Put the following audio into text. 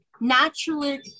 naturally